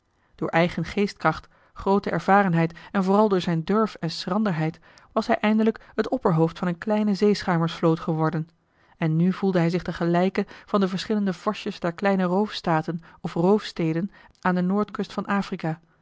door eigen geestkracht groote ervarenheid en vooral door zijn durf en schranderheid was hij eindelijk het opperhoofd van een kleine zeeschuimersvloot geworden en nu voelde hij zich de gelijke van de verschillende vorstjes der kleine roofstaten of roofsteden aan de noordkust van afrika